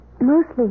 mostly